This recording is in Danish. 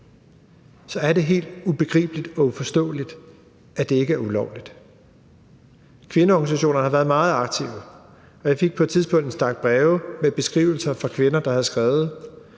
så er det helt ubegribeligt og uforståeligt, at det ikke er ulovligt. Kvindeorganisationerne har været meget aktive, og jeg fik på et tidspunkt en stak breve med beskrivelser fra kvinder, der havde skrevet